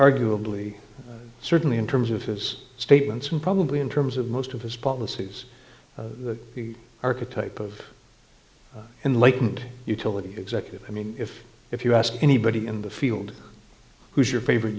arguably certainly in terms of his statements and probably in terms of most of his policies the architect of enlightment utility executive i mean if if you ask anybody in the field who is your favorite